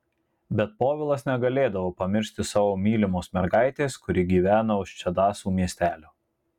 bet povilas negalėdavo pamiršti savo mylimos mergaitės kuri gyveno už čedasų miestelio